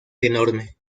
enorme